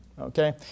Okay